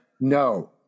No